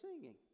singing